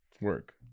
Work